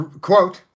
quote